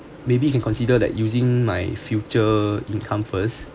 maybe you can consider that using my future income first